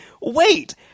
wait